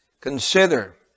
consider